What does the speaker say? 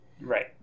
Right